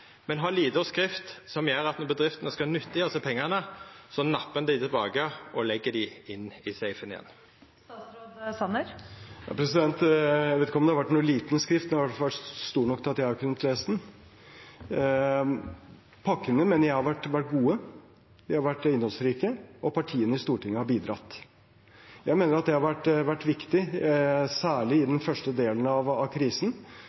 men ein har med noko med lita skrift som gjer at når bedriftene skal nyttiggjera seg pengane, så nappar ein dei tilbake og legg dei inn i safen igjen. Jeg vet ikke om det har vært noen liten skrift. Den har i hvert fall vært stor nok til at jeg har kunnet lese den. Pakkene mener jeg har vært gode, de har vært innholdsrike, og partiene i Stortinget har bidratt. Jeg mener at det har vært viktig. Særlig i den første delen av krisen